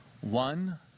One